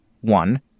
one